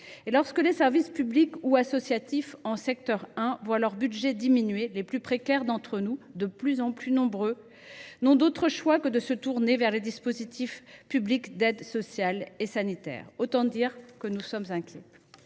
Lorsque les services publics ou associatifs de secteur 1 voient leur budget diminuer, les plus précaires d’entre nous, de plus en plus nombreux, n’ont d’autre choix que de se tourner vers les dispositifs publics d’aide sociale et sanitaire. Autant dire que nous sommes inquiets.